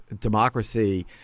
democracy